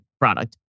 product